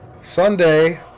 Sunday